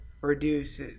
reduce